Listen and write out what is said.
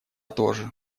тоже